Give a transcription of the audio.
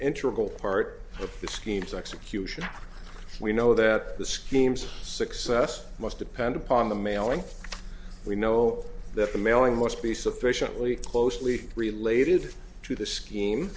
enterable part of the schemes execution we know that the schemes of success must depend upon the mail and we know that the mailing must be sufficiently closely related to the scheme